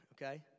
Okay